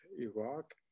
Iraq